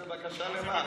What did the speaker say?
בקשה למה?